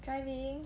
driving